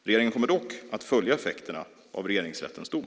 Regeringen kommer dock att följa effekterna av Regeringsrättens dom.